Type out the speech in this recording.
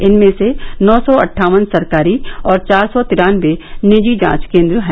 इनमें से नौ सौ अट्ठावन सरकारी और चार सौ तिरानबे निजी जांच केन्द्र हैं